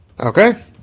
Okay